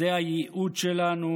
זה הייעוד שלנו,